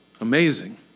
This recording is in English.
amazing